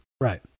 right